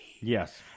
yes